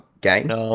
games